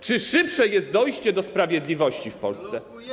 Czy szybsze jest dojście do sprawiedliwości w Polsce?